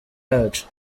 yacu